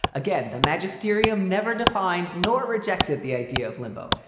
again, the magisterium never defined nor rejected the idea of limbo.